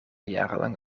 jarenlang